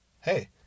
hey